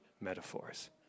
metaphors